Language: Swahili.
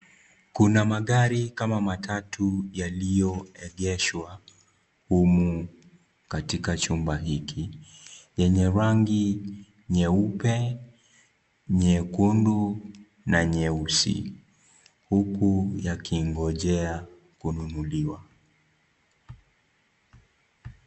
Kuna magari kama matatu yaliyoegeshwa humu katika chumba hiki yenye rangi nyeupe, nyekundu na nyeusi huku yakingoja kununuliwa.